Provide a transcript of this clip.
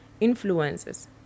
influences